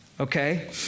Okay